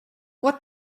what